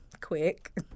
quick